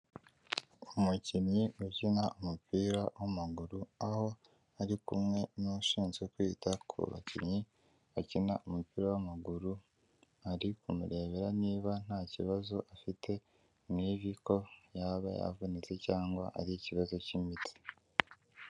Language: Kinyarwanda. Umukinnyi ukina umupira w'amaguru, aho ari kumwe n'ushinzwe kwita ku bakinnyi bakina umupira w'amaguru, ari kumurebera niba ntakibazo afite mu ivi ko yaba yavunitse cyangwa ari ikibazo cy'imitsi.